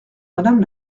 madame